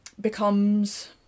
becomes